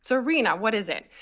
so rhna, what is it?